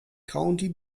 county